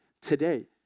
today